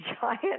giant